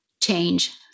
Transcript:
change